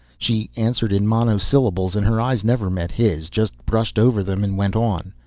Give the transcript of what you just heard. she answered in monosyllables and her eyes never met his, just brushed over them and went on.